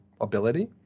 ability